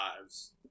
lives